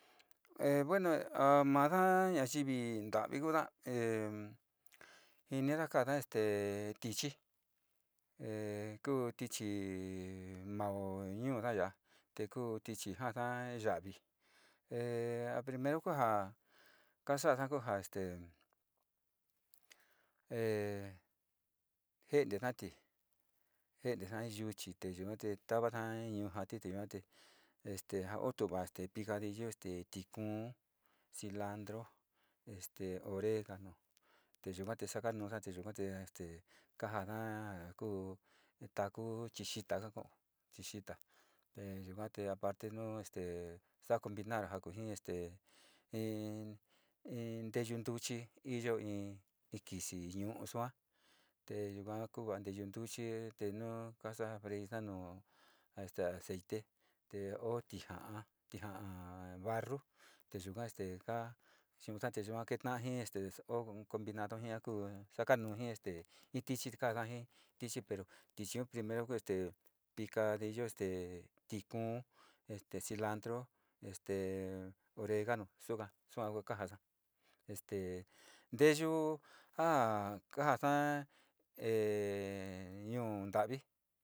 E bueno, masa nayivi ntavi kuda e jinira kaasa este tichi e ku tichi mao nuda ya'a te ku tichi te jaasa yavi e a primero ku ja kasasa este e jentenati, jentesa jii yuchi te yuga te tavada yujati te este o tu'uva picadillu te tikuu cilantru, este oregano te yuka te saka nuusa te yua este ka jaana ja ku in taku chi xiita, ka kao xita te yuga te aparte nu este saa combinar ja kuji este te ji in nteyu ntuchi iyo in kisi ñu'u sua te yuga kuva nteyu ntuchi te nu kasa'a freírlo nu este aceite te o tija'a tija'a barru te yuka este ka chuusa te keta'a ji este o un combinado ji ja kuu, sakanuu jii este tichi te ka kaji tichi pero tichiun primero ku este picadillo este tikuu este cilantru este oregano suka, suka ku ja jaasa este nteyuu jaa kasa'a e ñuu ntavi.